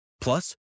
Plus